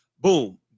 boom